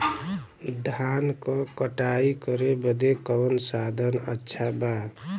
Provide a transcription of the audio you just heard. धान क कटाई करे बदे कवन साधन अच्छा बा?